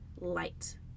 light